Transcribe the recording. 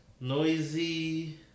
Noisy